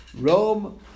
Rome